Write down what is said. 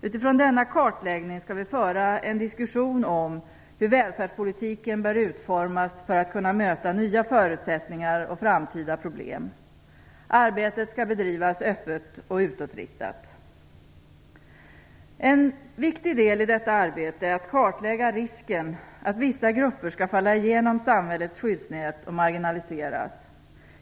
Utifrån denna kartläggning skall vi föra en diskussion om hur välfärdspolitiken bör utformas för att kunna möta nya förutsättningar och framtida problem. Arbetet skall bedrivas öppet och utåtriktat. En viktig del i detta arbete är att kartlägga risken att vissa grupper skall falla igenom samhällets skyddsnät och marginaliseras.